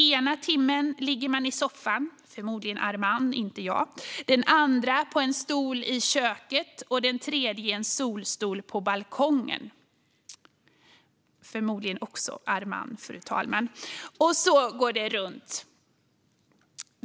Ena timmen ligger vi i soffan - förmodligen Arman, inte jag - den andra sitter vi på en stol i köket och den tredje i en solstol på balkongen - förmodligen också Arman, fru talman. Så går det runt.